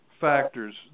factors